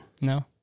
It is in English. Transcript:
No